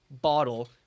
bottle